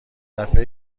دفعه